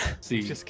see